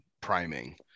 priming